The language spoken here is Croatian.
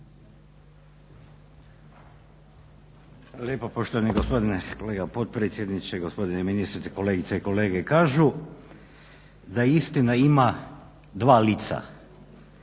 lijepo poštovani gospodine kolega potpredsjedniče, gospodine ministre, kolegice i kolege. Kažu da istina ima dva lica.